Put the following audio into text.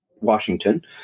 Washington